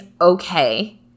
okay